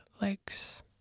legs